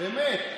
באמת.